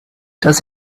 does